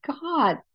God